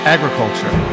Agriculture